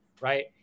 right